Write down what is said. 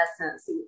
essence